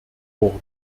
wurde